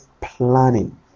planning